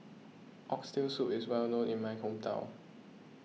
Oxtail Soup is well known in my hometown